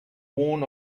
worn